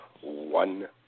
one